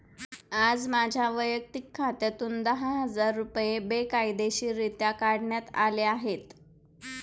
आज माझ्या वैयक्तिक खात्यातून दहा हजार रुपये बेकायदेशीररित्या काढण्यात आले आहेत